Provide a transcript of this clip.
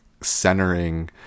centering